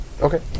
Okay